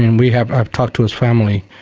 and we have, i've talked to his family,